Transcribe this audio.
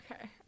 Okay